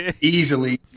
easily